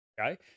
okay